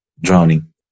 drowning